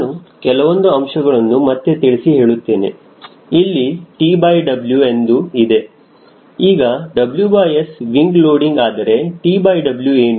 ನಾನು ಕೆಲವೊಂದು ಅಂಶಗಳನ್ನು ಮತ್ತೆ ತಿಳಿಸಿ ಹೇಳುತ್ತೇನೆ ಇಲ್ಲಿ TW ಎಂದು ಇದೆ ಈಗ WS ವಿಂಗ ಲೋಡಿಂಗ್ ಆದರೆ TW ಏನು